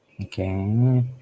Okay